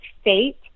state